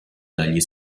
dagli